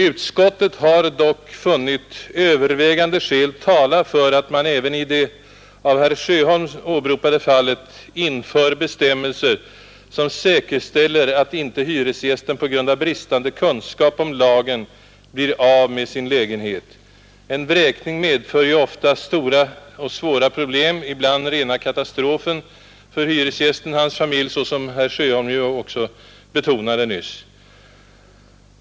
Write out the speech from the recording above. Utskottet har dock funnit övervägande skäl tala för att man även i det av herr Sjöholm åberopade fallet inför bestämmelser, som säkerställer att inte hyresgästen på grund av bristande kunskap om lagen blir av med sin lägenhet. En vräkning medför ju ofta svåra problem, ibland ren katastrof för hyresgästen och hans familj, såsom herr Sjöholm nyss betonade.